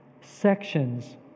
sections